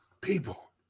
People